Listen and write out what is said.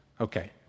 Okay